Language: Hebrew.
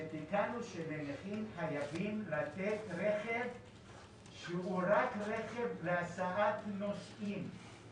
שתיקנו שלנכים חייבים לתת רכב שהוא רק רכב להסעת נוסעים,